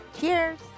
Cheers